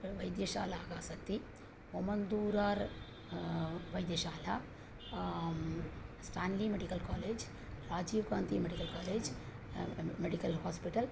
वैद्यशालाः सन्ति वमन् दूरार् वैद्यशाला स्टान्लि मेडिकल् कालेज् राजीवगान्धिः मेडिकल् कालेज् मेडिकल् हास्पिटल्